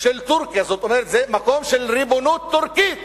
של טורקיה, זאת אומרת זה מקום של ריבונות טורקית,